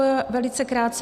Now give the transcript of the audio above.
Jen velice krátce.